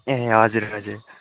ए हजुर हजुर